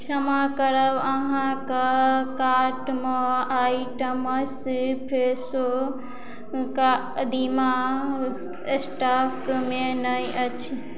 क्षमा करब अहाँके कार्टमे आइटमस फ्रेशो कदीमा स्टॉकमे नहि अछि